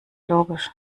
logisch